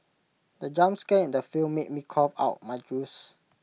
the jump scare in the film made me cough out my juice